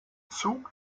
zug